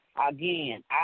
Again